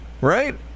right